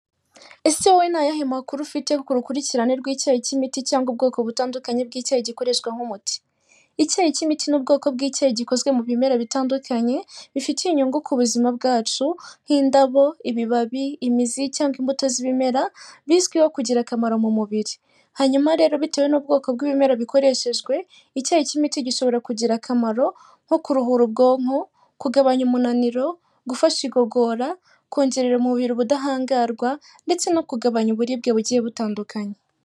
Ese wowe ni ayahe makuru ufite ku rukurikirane rw'icyayi cy'imiti cyangwa ubwoko butandukanye bw'icyayi gikoreshwa nk'umuti? Icyyayi cy'imiti n'ubwoko bw'icyayi gikozwe mu bimera bitandukanye, bifitiye inyungu ku buzima bwacu, nk'indabo, ibibabi, imizi cyangwa imbuto z'ibimera bizwiho kugira akamaro mu mubiri. Hanyuma rero bitewe n'ubwoko bw'ibimera bikoreshejwe, icyayi cy'imiti gishobora kugira akamaro nko kuruhura ubwonko, kugabanya umunaniro, gufasha igogora, kongerera umubiri ubudahangarwa, ndetse no kugabanya uburibwe bugiye butandukanye.